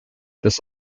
this